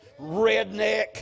redneck